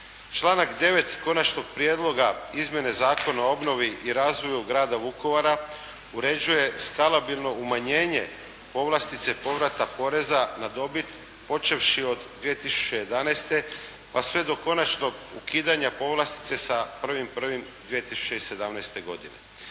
Članak 9. Konačnog prijedloga izmjene Zakona o obnovi i razvoju Grada Vukovara, uređuje skalabilno umanjenje povlastice povrata poreza na dobit, počevši od 2011., pa sve do konačnog ukidanja povlastice sa 1.01.2017. godine.